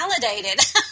validated